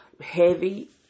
heavy